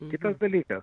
kitas dalykas